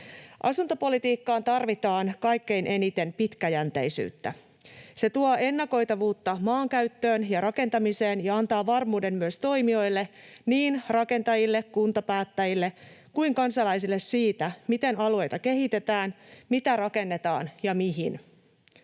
Asuntopolitiikkaan tarvitaan kaikkein eniten pitkäjänteisyyttä. Se tuo ennakoitavuutta maankäyttöön ja rakentamiseen ja antaa varmuuden myös toimijoille — niin rakentajille, kuntapäättäjille kuin kansalaisille — siitä, miten alueita kehitetään, mitä rakennetaan ja mihin.